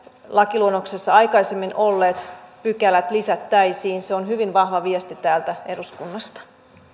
lakiluonnoksessa aikaisemmin olleet pykälät lisättäisiin se on hyvin vahva viesti täältä eduskunnasta